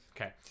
Okay